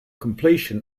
completion